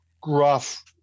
gruff